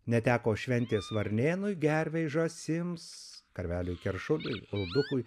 neteko šventės varnėnui gervei žąsims karveliai keršuliai uldukai